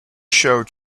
show